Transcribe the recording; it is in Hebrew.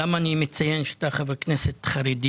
למה אני מציין שאתה חבר כנסת חרדי